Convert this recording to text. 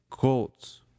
cults